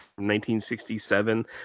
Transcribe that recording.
1967